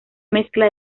mezcla